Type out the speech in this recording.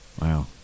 Wow